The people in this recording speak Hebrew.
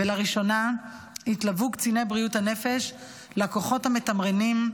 ולראשונה התלוו קציני בריאות הנפש לכוחות המתמרנים,